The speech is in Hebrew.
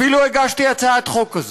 אפילו הגשתי הצעת חוק כזו.